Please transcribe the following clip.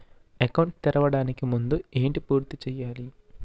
Account తెరవడానికి ముందు ఏంటి పూర్తి చేయాలి?